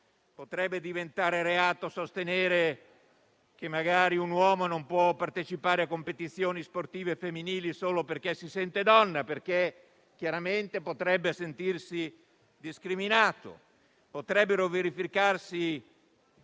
Potrebbe diventare reato sostenere che magari un uomo non può partecipare a competizioni sportive femminili solo perché si sente donna, perché chiaramente potrebbe sentirsi discriminato. Potrebbero verificarsi